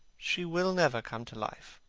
she will never come to life.